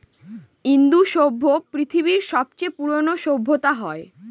ইন্দু সভ্য পৃথিবীর সবচেয়ে পুরোনো সভ্যতা হয়